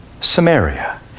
Samaria